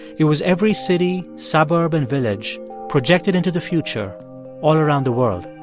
it was every city, suburb and village projected into the future all around the world.